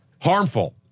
Harmful